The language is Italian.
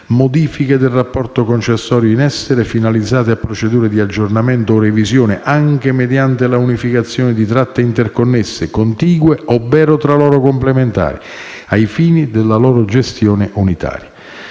«modifiche del rapporto concessorio in essere finalizzate a procedure di aggiornamento o revisione anche mediante l'unificazione di tratte interconnesse, contigue ovvero tra loro complementari, ai fini della loro gestione unitaria».